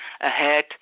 ahead